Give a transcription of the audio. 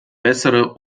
bessere